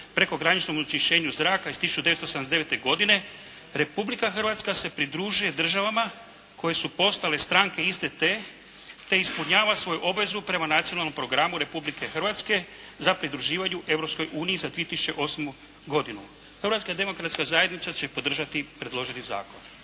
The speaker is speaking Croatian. prekograničnom onečišćenju zraka iz 1979. godine Republika Hrvatska se pridružuje država koje su postale stranke iste te, te ispunjava svoju obvezu prema Nacionalnom programu Republike Hrvatske za pridruživanju Europskoj uniji za 2008. godinu. Hrvatska demokratska zajednica će podržati predloženi zakon.